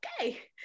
Okay